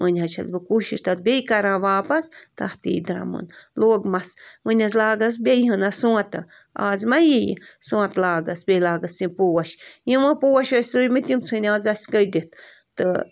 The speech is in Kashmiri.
وۅنۍ حظ چھَس بہٕ کوٗشِش تَتھ بیٚیہِ کَران واپس تَتھ یِیہِ درٛمُن لوگمس وۅنۍ حظ لاگس بیٚیہِ ہنا سونٛتہٕ اَز ما یِیہِ سونٛتہٕ لاگس بیٚیہِ لاگس یہِ پوش یِمو پوش ٲسۍ رُیمِتۍ تِم ژھٕنۍ اَز اَسہِ کٔڈِتھ تہٕ